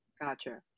Gotcha